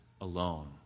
alone